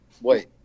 wait